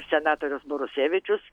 senatorius norusevičius